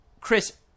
Chris